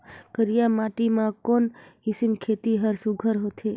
करिया माटी मा कोन किसम खेती हर सुघ्घर होथे?